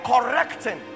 correcting